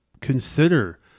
consider